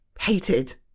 hated